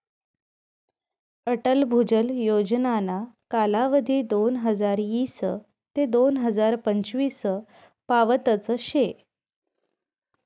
अटल भुजल योजनाना कालावधी दोनहजार ईस ते दोन हजार पंचवीस पावतच शे